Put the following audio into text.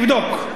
תבדוק.